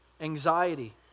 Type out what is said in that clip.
anxiety